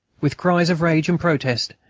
with cries of rage and protest,